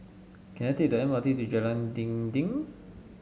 can I take the M R T to Jalan Dinding